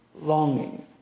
longing